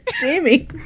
Jamie